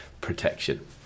protection